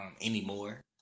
anymore